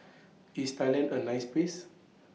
IS Thailand A nice Place